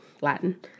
Latin